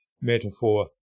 metaphor